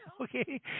Okay